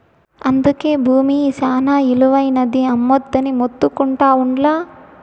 అందుకే బూమి శానా ఇలువైనది, అమ్మొద్దని మొత్తుకుంటా ఉండ్లా